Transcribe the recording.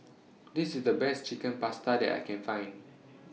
This IS The Best Chicken Pasta that I Can Find